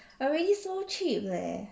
already so cheap leh